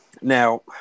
Now